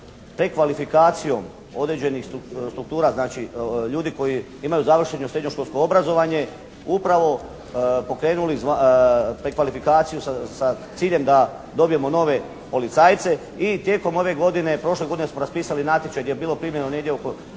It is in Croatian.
prekvalifikacijom određenih struktura znači, ljudi koji imaju završeno srednje školsko obrazovanje upravo pokrenuli prekvalifikaciju sa ciljem da dobijemo nove policajce. I tijekom ove godine i prošle godine smo raspisali natječaj gdje je bilo primljeno negdje oko